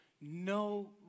no